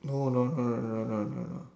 no no no no no no no no